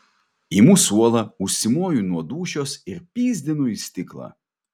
imu suolą užsimoju nuo dūšios ir pyzdinu į stiklą